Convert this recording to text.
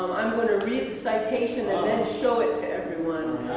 i'm going to read the citation and then show it to everyone.